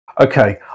Okay